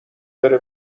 بره